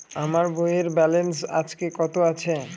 আমার বইয়ের ব্যালেন্স আজকে কত আছে?